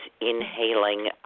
inhaling